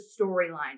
storyline